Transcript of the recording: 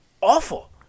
awful